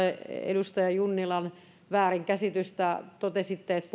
edustaja junnilan väärinkäsitystä totesitte että